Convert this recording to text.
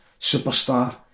superstar